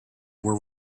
were